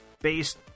based